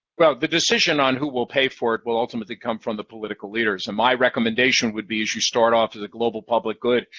well, the decision on who will pay for it will ultimately come from the political leaders, and my recommendation would be, you start off as a global public good,